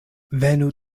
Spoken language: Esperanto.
venu